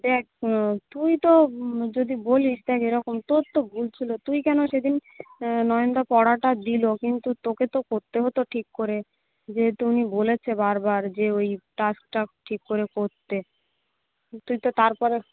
দেখ তুই তো যদি বলিস দেখ এইরকম তোর তো ভুল ছিল তুই কেন সেদিন নয়নদা পড়াটা দিল কিন্তু তোকে তো করতে হতো ঠিক করে যেহেতু উনি বলেছেন বারবার করে যে ওই টাস্কটা ঠিক করে করতে তুই তো তারপরও